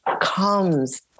comes